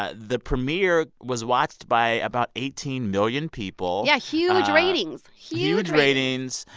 ah the premiere was watched by about eighteen million people yeah. huge ratings. huge ratings